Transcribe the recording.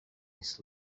his